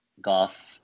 golf